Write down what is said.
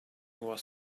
was